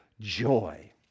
joy